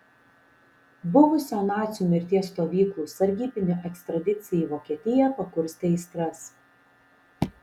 buvusio nacių mirties stovyklų sargybinio ekstradicija į vokietiją pakurstė aistras